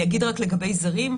לגבי זרים,